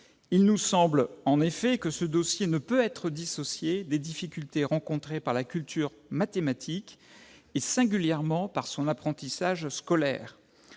Il nous semble, en effet, que ce dossier ne peut être dissocié des difficultés rencontrées par la culture mathématique, singulièrement par son apprentissage scolaire.